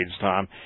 Tom